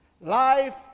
Life